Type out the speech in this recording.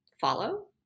follow